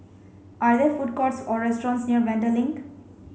are there food courts or restaurants near Vanda Link